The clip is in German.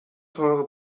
teure